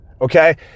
Okay